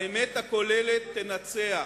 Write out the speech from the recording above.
האמת הכוללת תנצח.